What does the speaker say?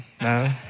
no